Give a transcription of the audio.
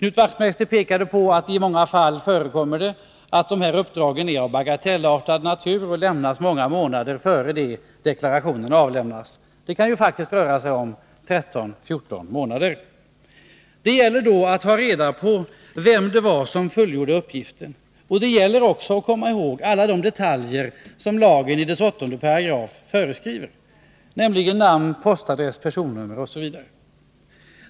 128 Knut Wachtmeister nämnde att de här uppdragen i många fall är av bagatellartad natur och utförda många månader innan deklarationen skall avlämnas. Det kan faktiskt röra sig om 13-14 månader. Det gäller då att ta reda på vem som fullgjorde uppdraget. Och det gäller också att komma ihåg alla de detaljer som lagens 8§ föreskriver, nämligen namn, postadress, personnummer osv.